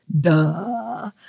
Duh